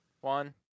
one